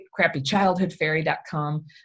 crappychildhoodfairy.com